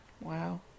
Wow